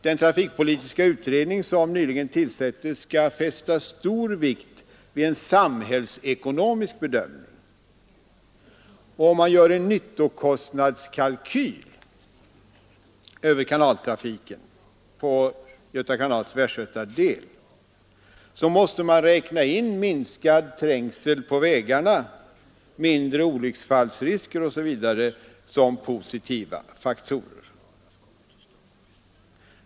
Den trafikpolitiska utredning som nyligen tillsattes skall fästa stor vikt vid en samhällsekonomisk bedömning. Och om man gör en nyttokostnadskalkyl över trafiken på Göta kanals västgötadel måste man räkna in minskad trängsel på vägarna, mindre olycksrisker osv. som positiva faktorer.